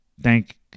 thank